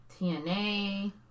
TNA